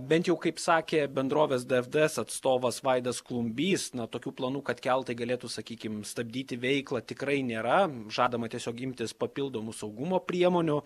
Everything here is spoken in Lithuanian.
bent jau kaip sakė bendrovės dfds atstovas vaidas klumbys na tokių planų kad keltai galėtų sakykim stabdyti veiklą tikrai nėra žadama tiesiog imtis papildomų saugumo priemonių